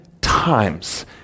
times